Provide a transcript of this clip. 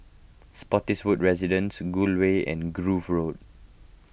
Spottiswoode Residences Gul Way and Grove Road